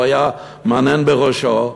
והוא היה מהנהן בראשו,